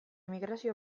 migrazio